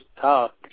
talk